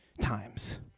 times